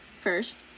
first